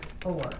four